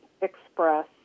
express